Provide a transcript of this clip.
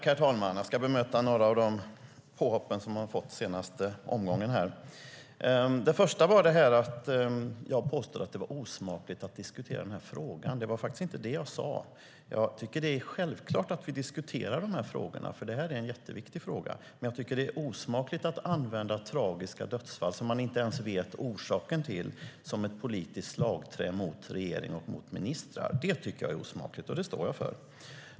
Herr talman! Jag ska bemöta några av de påhopp jag har fått under den senaste omgången. Först var det att jag påstod att det var osmakligt att diskutera frågan. Det var faktiskt inte det jag sade. Jag tycker att det är självklart att vi diskuterar de här frågorna, för de är jätteviktiga. Jag tycker dock att det är osmakligt att använda tragiska dödsfall, som man inte ens vet orsaken till, som ett politiskt slagträ mot regering och ministrar. Det tycker jag är osmakligt, och det står jag för.